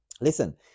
Listen